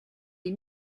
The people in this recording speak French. des